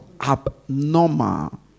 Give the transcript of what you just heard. abnormal